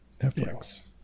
Netflix